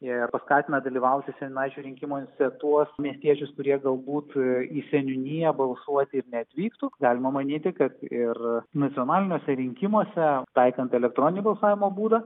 ir paskatina dalyvauti seniūnaičių rinkimuose tuos miestiečius kurie galbūt į seniūniją balsuoti ir neatvyktų galima manyti kad ir nacionaliniuose rinkimuose taikant elektroninio balsavimo būdą